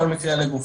כל מקרה לגופו.